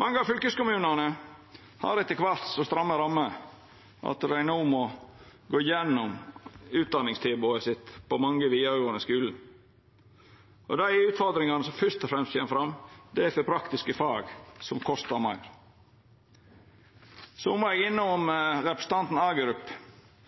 Mange av fylkeskommunane har etter kvart så stramme rammer at dei no må gå igjennom utdanningstilbodet sitt på mange vidaregåande skular. Dei utfordringane som fyrst og fremst kjem fram, er for praktiske fag, som kostar meir. Eg må innom representanten Hagerup, som snakka om svartmaling. Eg